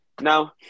Now